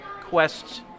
quests